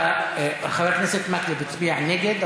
חבר הכנסת מקלב הצביע נגד,